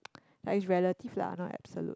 like it's relative lah not absolute